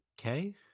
okay